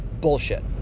bullshit